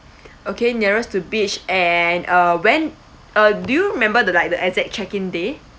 okay nearest to beach and uh when uh do you remember the like the exact check-in day